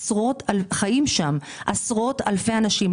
חיים שם עשרות אלפי אנשים,